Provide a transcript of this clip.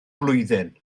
blwyddyn